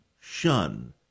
shun